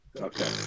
Okay